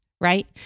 right